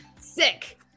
Sick